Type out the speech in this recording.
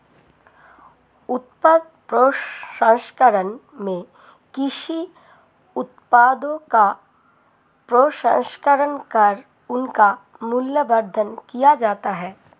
उत्पाद प्रसंस्करण में कृषि उत्पादों का प्रसंस्करण कर उनका मूल्यवर्धन किया जाता है